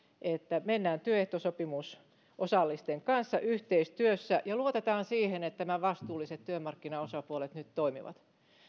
että mennään työehtosopimusosallisten kanssa yhteistyössä ja luotetaan siihen että nämä vastuulliset työmarkkinaosapuolet nyt toimivat